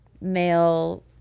male